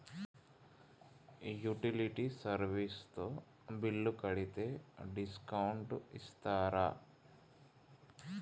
Utility service తో bill కడితే discount ఇస్తరా?